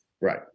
Right